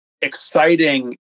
exciting